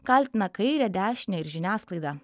kaltina kairę dešinę ir žiniasklaidą